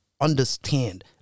understand